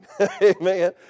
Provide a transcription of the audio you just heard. Amen